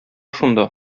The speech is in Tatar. шунда